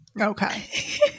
Okay